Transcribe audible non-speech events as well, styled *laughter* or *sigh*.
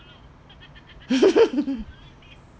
*laughs*